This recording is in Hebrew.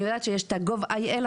אני יודעת שיש עכשיו את ה-gov.il ,